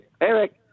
Eric